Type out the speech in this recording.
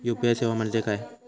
UPI सेवा म्हणजे काय?